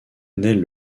naît